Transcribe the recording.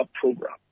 program